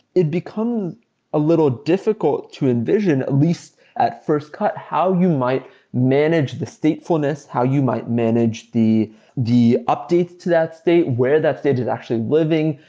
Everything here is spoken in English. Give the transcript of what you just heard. it becomes a little difficult to envision at least at first cut how you might manage the statefullness, how you might manage the the update to that state? where that state is actually living?